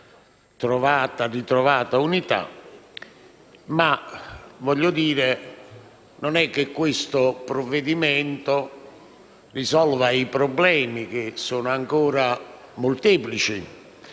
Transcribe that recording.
questa ritrovata unità, ma non è che questo provvedimento risolva i problemi, che sono ancora molteplici,